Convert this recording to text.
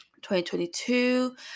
2022